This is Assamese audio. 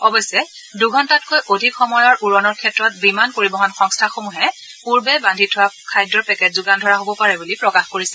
অৱশ্যে দুঘণ্টাতকৈ অধিক সময়ৰ উড়ণৰ ক্ষেত্ৰত বিমান পৰিবহন সংস্থাসমূহে পূৰ্বে বাদ্ধি থোৱা খাদ্যৰ পেকেট যোগান ধৰা হব পাৰে বুলি প্ৰকাশ কৰিছে